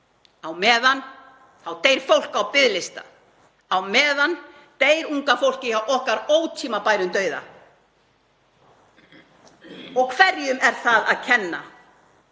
Á meðan deyr fólk á biðlista. Á meðan deyr unga fólkið okkar ótímabærum dauða og hverjum er það að kenna?